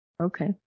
Okay